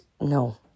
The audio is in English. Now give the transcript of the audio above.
no